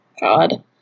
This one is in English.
God